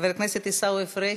חבר הכנסת עיסאווי פריג'